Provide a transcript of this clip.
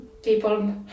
people